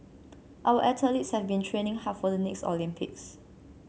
our athletes have been training hard for the next Olympics